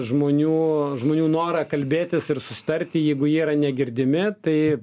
žmonių žmonių norą kalbėtis ir susitarti jeigu jie yra negirdimi tai